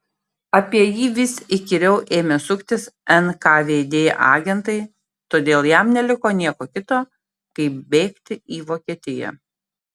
apie jį vis įkyriau ėmė suktis nkvd agentai todėl jam neliko nieko kito kaip bėgti į vokietiją